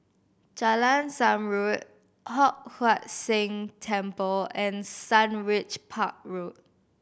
Jalan Zamrud Hock Huat Seng Temple and Sundridge Park Road